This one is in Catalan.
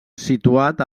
situat